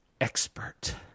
expert